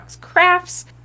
Crafts